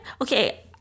okay